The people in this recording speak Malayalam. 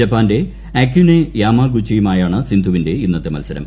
ജപ്പാന്റെ അക്വിനേ യാമാഗൂച്ചിയുമായാണ് സിന്ധുവിന്റെ ഇന്നത്തെ മൽസരം